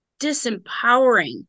disempowering